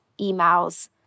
emails